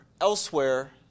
elsewhere